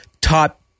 top